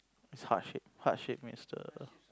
it's hardship hardship makes the